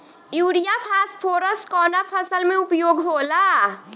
Urea phosphorus कवना फ़सल में उपयोग होला?